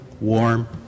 warm